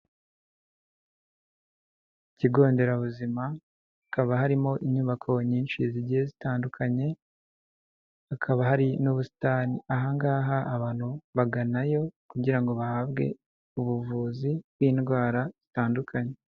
Ikigo nderabuzima, hakaba harimo inyubako nyinshi zigiye zitandukanye, hakaba hari n'ubusitani. Aha ngaha abantu baganayo kugira ngo bahabwe ubuvuzi bw'indwara zitandukanye.